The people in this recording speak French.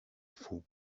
faut